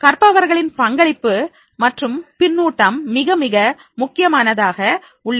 கற்பவர்களின் பங்களிப்பு மற்றும் பின்னூட்டம் மிக மிக முக்கியமானதாக உள்ளது